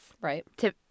right